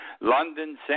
London